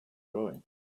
going